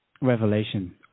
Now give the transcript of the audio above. revelation